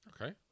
Okay